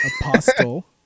Apostle